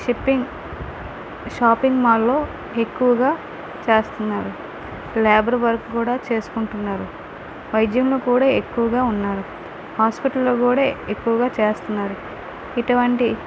shipping shopping మాల్లో ఎక్కువగా చేస్తున్నారు లేబర్ వర్క్ కూడా చేసుకుంటున్నారు వైద్యంలో కూడా ఎక్కువగా ఉన్నారు హాస్పిటల్లో కూడా ఎక్కువగా చేస్తున్నారు ఇటువంటి